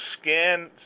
skin